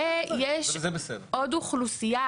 אם יורשה לי,